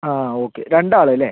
ആ ഓക്കെ രണ്ട് ആൾ അല്ലേ